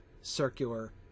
circular